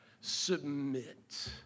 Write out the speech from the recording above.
submit